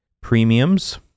premiums